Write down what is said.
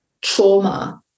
trauma